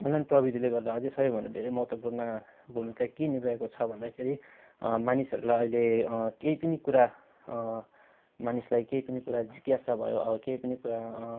online प्रविधिले गर्दा अझै सबै भन्दा धेरै महत्त्वपूर्ण भूमिका के निभाएको छ भन्दाखेरि मानिसहरूलाई अहिले केही पनि कुरा मानिसलाई केही पनि कुरा जिज्ञासा भयो अब केही पनि कुरा